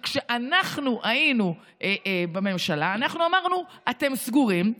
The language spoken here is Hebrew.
כשאנחנו היינו בממשלה אנחנו אמרנו: אתם סגורים,